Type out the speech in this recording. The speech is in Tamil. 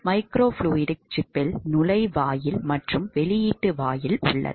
மைக்ரோஃப்ளூய்டிக் சிப்பில் நுழைவாயில் மற்றும் வெளியீட்டு வாயில் உள்ளது